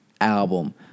album